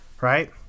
right